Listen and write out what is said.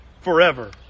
forever